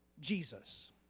Jesus